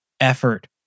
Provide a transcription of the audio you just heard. effort